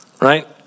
right